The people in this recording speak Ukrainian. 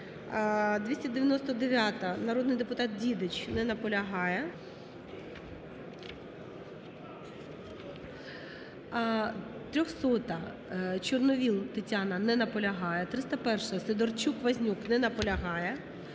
299-а, народний депутат Дідич. Не наполягає. 300-а, Чорновол Тетяна. Не наполягає. 301-а, Сидорчук, Вознюк. Не наполягає.